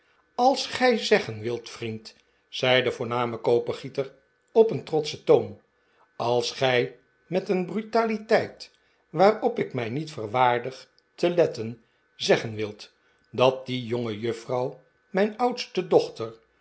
ais gij zeggen wilt vriend zei de voorname kopergieter op een trotschen toon als gij met een brutaliteit waarop ik mij niet verwaardig te letten zeggen wilt dat die jongejuffrouw mijn oudste dochter